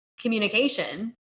communication